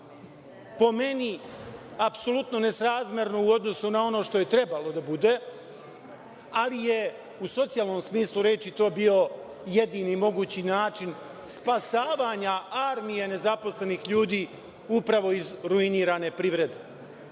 po meni, apsolutno nesrazmerno u odnosu na ono što je trebalo da bude, ali je u socijalnom smislu reči to bio jedini mogući način spasavanja armije nezaposlenih ljudi upravo iz ruinirane privrede.Međutim,